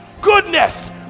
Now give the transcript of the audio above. goodness